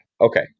Okay